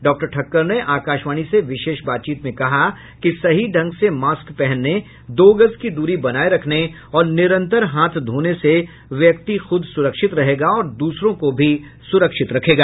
doctor Thakkar ने आकाशवाणी से विशेष बातचीत में कहा कि सही ढंग से मास्क पहनने दो गज की दूरी बनाए रखने और निरंतर हाथ धोने से व्यक्ति खुद सुरक्षित रहेगा और दूसरों को भी सुरक्षित रखेगा